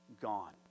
gone